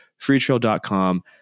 freetrail.com